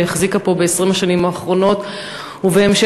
שהחזיקה פה ב-20 השנים האחרונות ובהמשך